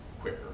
quicker